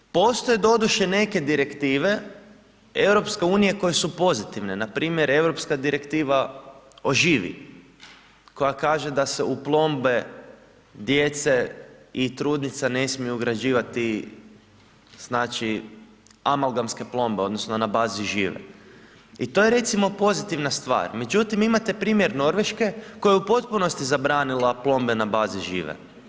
Postoje doduše neke direktive EU-a koje su pozitivne, npr. europska direktiva o živi koja kaže da se u plombe djece i trudnica ne smiju ugrađivati amalgamske plombe odnosno na bazi žive i to je recimo pozitivna stvar međutim imate primjer Norveške koja je u potpunosti zabranila plombe na bazi žive.